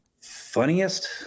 Funniest